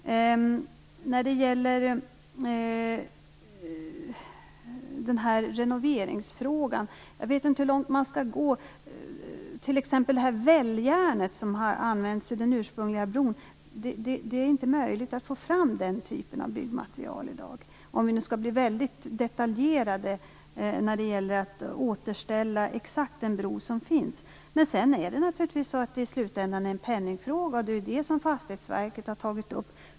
Jag vet inte hur långt man skall gå när det gäller renoveringen. Om vi nu skall bli väldigt detaljerade när det gäller att exakt återställa den bro som finns kan jag tala om att det t.ex. inte är möjligt att få fram välljärnet, som har använts i den ursprungliga bron. Sedan är det naturligtvis i slutändan en penningfråga. Det är det som Fastighetsverket har tagit upp.